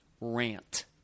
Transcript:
rant